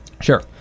Sure